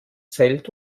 zelt